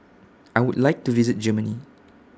I Would like to visit Germany